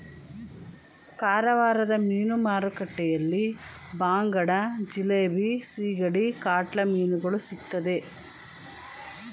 ಕಾರವಾರದ ಮೀನು ಮಾರುಕಟ್ಟೆಯಲ್ಲಿ ಬಾಂಗಡ, ಜಿಲೇಬಿ, ಸಿಗಡಿ, ಕಾಟ್ಲಾ ಮೀನುಗಳು ಸಿಗುತ್ತದೆ